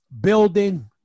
Building